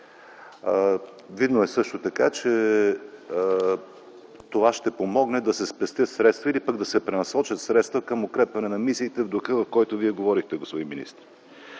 Видно е също така, че това ще помогне да се спестят или пренасочат средства за укрепване на мисиите в духа, в който Вие, говорихте, господин министър.